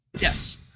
Yes